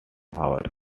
ours